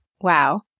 Wow